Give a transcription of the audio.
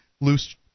loose